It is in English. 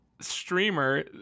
streamer